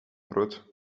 brood